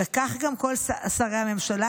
וכך גם כל שרי הממשלה,